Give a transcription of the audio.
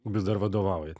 vis dar vadovaujat